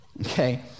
Okay